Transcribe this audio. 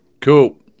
Cool